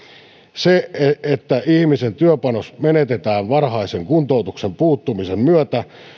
se että ihmisen työpanos menetetään varhaisen kuntoutuksen puuttumisen myötä